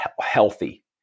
healthy